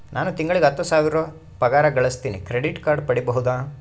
ನಾನು ತಿಂಗಳಿಗೆ ಹತ್ತು ಸಾವಿರ ಪಗಾರ ಗಳಸತಿನಿ ಕ್ರೆಡಿಟ್ ಕಾರ್ಡ್ ಪಡಿಬಹುದಾ?